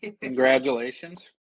Congratulations